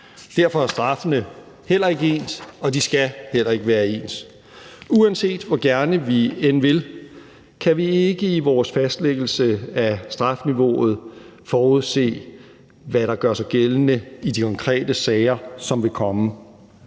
Derfor er straffene heller ikke ens, og de skal heller ikke være ens. Uanset hvor gerne vi end vil, kan vi ikke i vores fastlæggelse af strafniveauet forudse, hvad der gør sig gældende i de konkrete sager, som vil komme.